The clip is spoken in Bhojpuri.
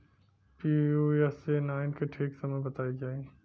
पी.यू.एस.ए नाइन के ठीक समय बताई जाई?